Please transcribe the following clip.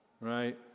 right